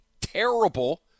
terrible